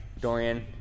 Dorian